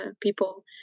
people